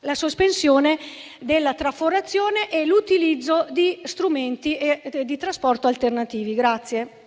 la sospensione della traforazione e l'utilizzo di strumenti di trasporto alternativi. PRESIDENTE.